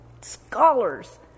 scholars